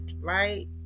right